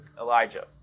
Elijah